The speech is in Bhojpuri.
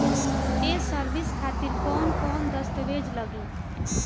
ये सर्विस खातिर कौन कौन दस्तावेज लगी?